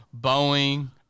boeing